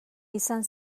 izan